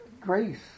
grace